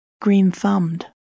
green-thumbed